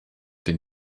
den